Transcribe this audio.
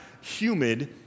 humid